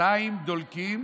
שְׂפָתַיִם דֹלְקים